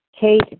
Kate